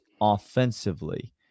offensively